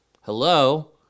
Hello